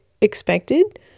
expected